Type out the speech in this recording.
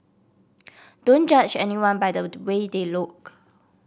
don't judge anyone by the way they look